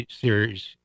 series